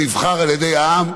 הנבחר על ידי העם,